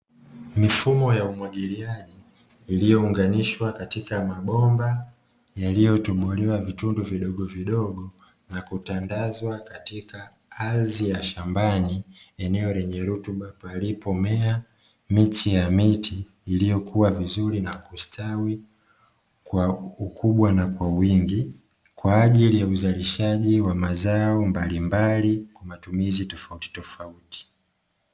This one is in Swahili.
Mifumo ya umwagiliaji iliyounganishwa katika mabomba iliyotobolewa vitundu vidogovidogo na kutandazwa katika ardhi ya shambani, eneo lenye rutuba palipomea miche ya miti iliyokua vizuri na kustawi kwa ukubwa na kwa wingi kwa ajili ya uzalishaji wa mazao mbalimbali kwa matumizi tofautitofauti.